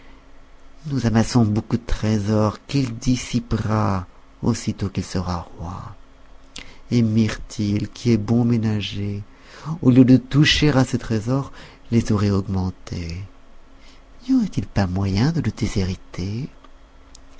nous amassons beaucoup de trésors qu'il dissipera aussitôt qu'il sera roi et mirtil qui est bon ménager au lieu de toucher à ces trésors les aurait augmentés n'y aurait-il pas moyen de le déshériter